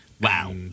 Wow